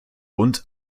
und